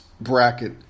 bracket